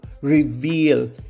reveal